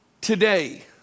today